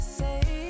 say